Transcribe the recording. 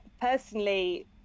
personally